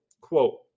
quote